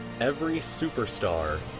every superstar.